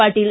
Patil